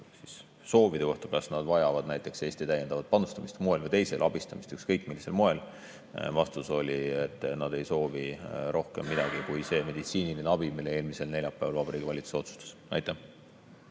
nende soovide kohta, kas nad vajavad näiteks Eesti täiendavat panustamist ühel või teisel moel, abistamist ükskõik millisel moel. Vastus oli, et nad ei soovi rohkem midagi kui see meditsiiniline abi, mille andmise eelmisel neljapäeval Vabariigi Valitsus otsustas. Aitäh!